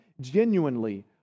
genuinely